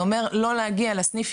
אלא זה אומר לא להגיע יותר לסניף,